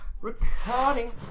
recording